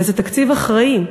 וזה תקציב אחראי.